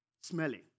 smelling